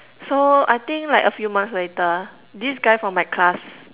so I think like a few months later this guy from my class